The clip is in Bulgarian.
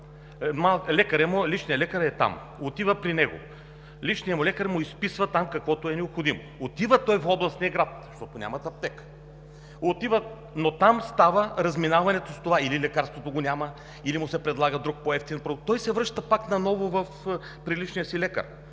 лекар е там, отива при него. Личният лекар му изписва каквото е необходимо. Отива той в областния град, защото нямат аптека, но там става разминаването с това – или лекарството го няма, или му се предлага друг по-евтин продукт. Той се връща пак наново при личния си лекар,